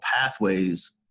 pathways